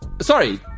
sorry